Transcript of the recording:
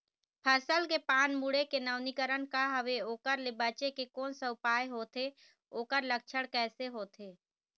फसल के पान मुड़े के नवीनीकरण का हवे ओकर ले बचे के कोन सा उपाय होथे ओकर लक्षण कैसे होथे?